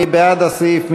מי בעד הסעיף?